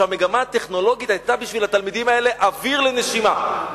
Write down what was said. שהמגמה הטכנולוגית היתה בשביל התלמידים האלה אוויר לנשימה.